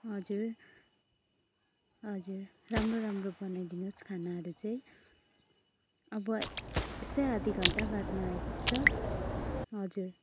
हजुर हजुर राम्रो राम्रो बनाइदिनु होस् खानाहरू चाहिँ अब यस्तै आधी घण्टा बादमा आइपुग्छ हजुर